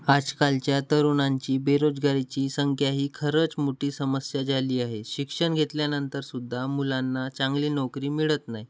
आजकालच्या तरुणांची बेरोजगारीची संख्या ही खरंच मोठी समस्या झाली आहे शिक्षण घेतल्या नंतरसुद्धा मुलांना चांगली नोकरी मिळत नाही